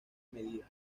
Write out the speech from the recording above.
medida